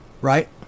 Right